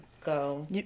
go